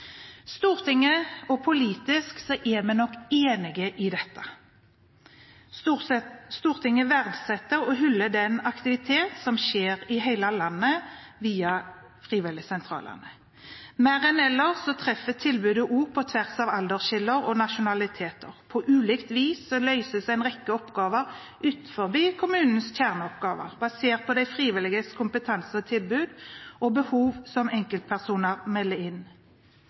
Stortinget – og politisk – er vi nok enig i dette. Stortinget verdsetter og hyller den aktivitet som skjer i hele landet via frivilligsentralene. Mer enn ellers treffer tilbudet også på tvers av aldersskiller og nasjonaliteter. På ulikt vis løses en rekke oppgaver som ligger utenfor kommunens kjerneoppgaver, basert på de frivilliges kompetanse og tilbud og behov som enkeltpersoner melder inn.